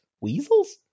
weasels